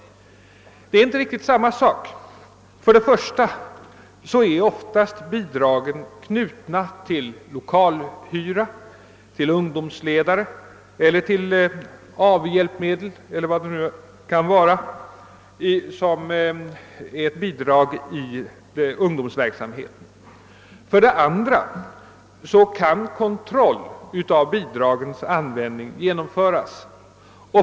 Det är inte riktigt samma sak. För det första är oftast dessa bidrag knutna till lokalhyra, till ungdomsledare, till AV-hjälpmedel eller vad det nu kan vara inom ungdomsverksamheten. För det andra kan kontroll av bidragens användning genomföras.